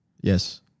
Yes